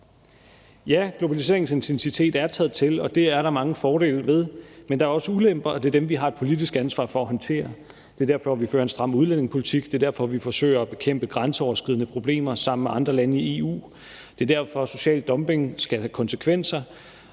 Ja, globaliseringens intensitet er taget til, og det er der mange fordele ved, men der er også ulemper, og det er dem, vi har et politisk ansvar for at håndtere. Det er derfor, vi fører en stram udlændingepolitik; det er derfor, vi forsøger at bekæmpe grænseoverskridende problemer sammen med andre lande i EU; det er derfor, social dumping skal have konsekvenser;